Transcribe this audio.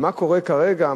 ומה קורה כרגע,